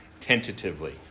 tentatively